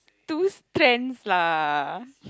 two strands lah